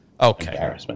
Okay